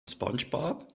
spongebob